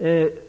elen.